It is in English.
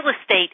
estate